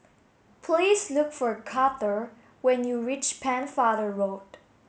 please look for Karter when you reach Pennefather Road